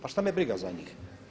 Pa šta me briga za njih.